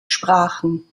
sprachen